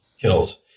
kills